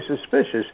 suspicious